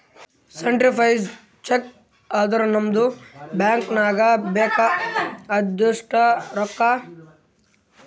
certified cheque ಅಂದುರ್ ನಮ್ದು bank ನಾಗ್ ಬೇಕ್ ಆಗಿದಷ್ಟು ರೊಕ್ಕಾ ಅವಾ ಎನ್ ಇಲ್ಲ್ ಅಂತ್ ಚೆಕ್ ಮಾಡದ್